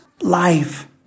life